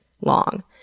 long